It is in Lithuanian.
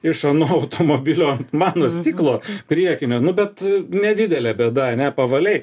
iš ano automobilio mano stiklo priekinio nu bet nedidelė bėda ane pavalei